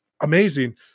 amazing